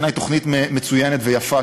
בעיני זו תוכנית מצוינת ויפה,